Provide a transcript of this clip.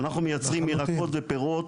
אנחנו מייצרים באזור שלנו ירקות ופירות,